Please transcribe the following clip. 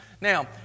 Now